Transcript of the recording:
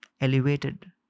elevated